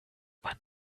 man